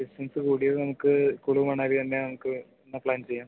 distance കൂടിയത് നമുക്ക് കുളുമണാലി തന്നെ നമുക്ക് എന്ന പ്ലാൻ ചെയ്യാം